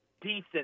decent